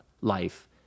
life